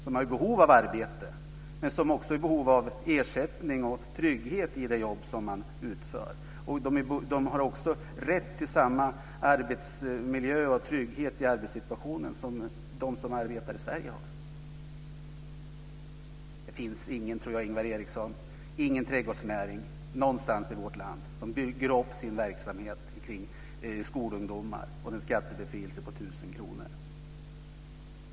De är i behov av arbete, men de är också i behov av ersättning och trygghet i det jobb de utför. De har rätt till samma arbetsmiljö och samma trygghet i arbetssituationen som de som arbetar i Sverige. Jag tror inte, Ingvar Eriksson, att det finns någon trädgårdsnäring någonstans i vårt land som bygger upp sin verksamhet omkring skolungdomar och den här skattebefrielsen på 1 000 kr.